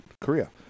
Korea